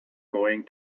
going